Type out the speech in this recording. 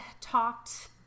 talked